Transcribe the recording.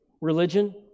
religion